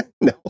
no